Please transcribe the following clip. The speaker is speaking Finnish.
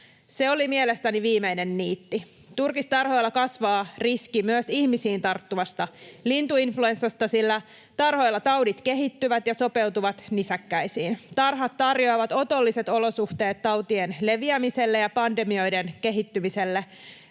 Se oli mielestäni viimeinen niitti. Turkistarhoilla kasvaa riski myös ihmisiin tarttuvasta lintuinfluenssasta, sillä tarhoilla taudit kehittyvät ja sopeutuvat nisäkkäisiin. Tarhat tarjoavat otolliset olosuhteet tautien leviämiselle ja pandemioiden kehittymiselle.